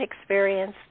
experience